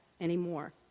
anymore